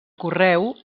correu